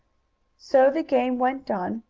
so the game went on,